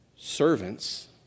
servants